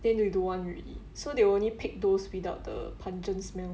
then they don't want already so they only pick those without the pungent smell